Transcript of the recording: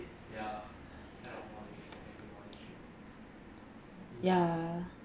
ya